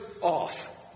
off